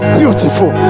beautiful